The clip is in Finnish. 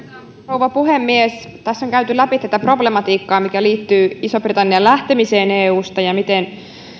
rouva puhemies tässä on käyty läpi problematiikkaa mikä liittyy ison britannian lähtemiseen eusta ja miten eu